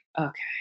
okay